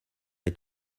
est